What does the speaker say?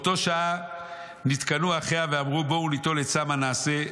באותה שעה נתקנאו אחיה ואמרו: בואו וניטול עצה מה נעשה.